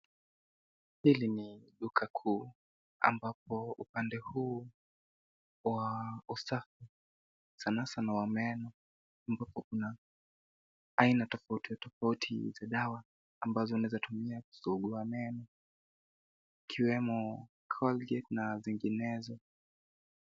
Hili ni duka kuu ambapo upande huu wa usafi sanasana wa meno ambapo kuna aina tofauti tofauti za dawa ambazo unaweza tumia kusugua meno ikiwemo Colgate na zinginezo.